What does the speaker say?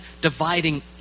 dividing